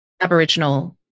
Aboriginal